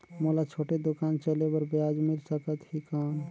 मोला छोटे दुकान चले बर ब्याज मिल सकत ही कौन?